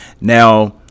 Now